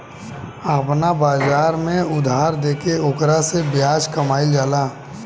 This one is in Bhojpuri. आपना बाजार में उधार देके ओकरा से ब्याज कामईल जाला